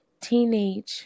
Teenage